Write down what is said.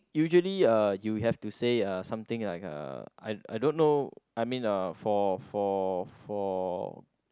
usually uh you have to say uh something like uh I I don't know I mean uh for for for